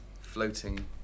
floating